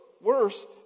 worse